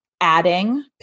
adding